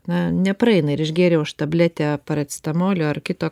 na nepraeina ir išgėriau tabletę paracetamolio ar kito